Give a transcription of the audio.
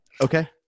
Okay